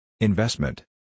Investment